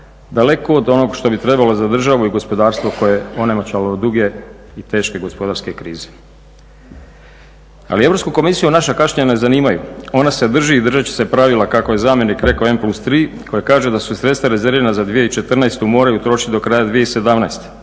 daleko od onog što bi trebalo za državu i gospodarstvo koje onemoćalo od duge i teške gospodarske krize. Ali Europsku komisiju naša kašnjenja ne zanimaju, ona se drži i držat će pravila kako je zamjenik rekao M+3 koja kaže da su sredstva rezervirana za 2014. moraju trošiti do kraja 2017.